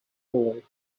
boy